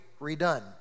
redone